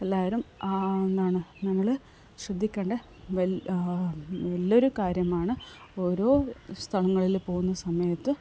എല്ലാവരും ആ എന്താണ് നമ്മള് ശ്രദ്ധിക്കേണ്ട വല്യ വലിയൊരു കാര്യമാണ് ഓരോ സ്ഥലങ്ങളിൽ പോകുന്ന സമയത്ത്